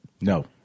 No